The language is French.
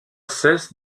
cesse